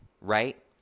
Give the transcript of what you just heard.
right